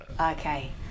Okay